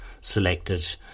selected